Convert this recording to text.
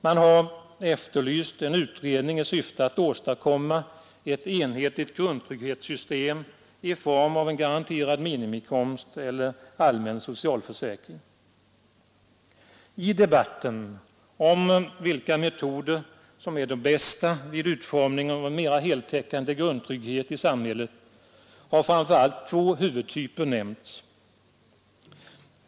Man har efterlyst en utredning i syfte att åstadkomma ett enhetligt grundtrygghetssystem i form av garanterad minimiinkomst eller allmän socialförsäkring. I debatten om vilka metoder som är de bästa vid utformningen av en mera heltäckande grundtrygghet i samhället har framför allt två huvudtyper framhållits.